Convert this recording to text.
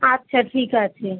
আচ্ছা ঠিক আছে